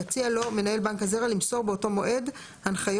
יציע לו מנהל בנק הזרע למסור באותו מועד הנחיות